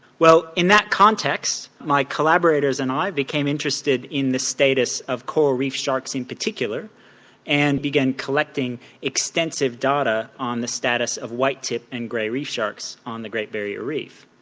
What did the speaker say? well in that context my collaborators and i became interested in the status of coral reef sharks in particular and began collecting extensive data on the status of white tipped and grey reef sharks on the great barrier reef.